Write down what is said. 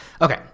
Okay